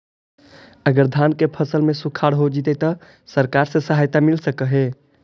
अगर धान के फ़सल में सुखाड़ होजितै त सरकार से सहायता मिल सके हे?